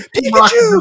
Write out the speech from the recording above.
Pikachu